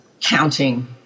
counting